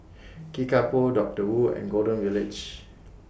Kickapoo Doctor Wu and Golden Village